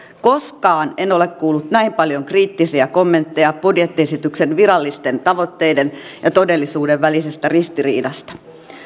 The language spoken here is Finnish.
koskaan en ole kuullut näin paljon kriittisiä kommentteja budjettiesityksen virallisten tavoitteiden ja todellisuuden välisestä ristiriidasta